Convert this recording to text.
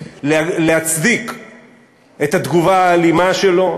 להצדיק את התגובה האלימה שלו,